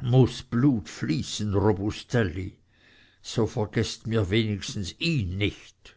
muß blut fließen robustelli so vergeßt mir wenigstens ihn nicht